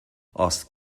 asked